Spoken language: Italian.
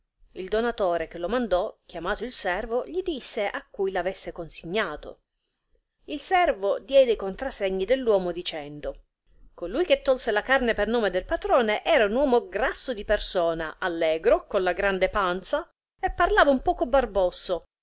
il donatore che lo mandò chiamato il servo gli disse a cui l'avesse consignato il servo diede i contrasegni dell'uomo dicendo colui che tolse la carne per nome del patrone era un uomo grasso di persona allegro con la panza grande e parlava un poco barbosso